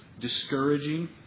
discouraging